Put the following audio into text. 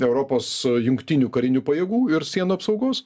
europos jungtinių karinių pajėgų ir sienų apsaugos